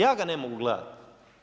Ja ga ne mogu gledati.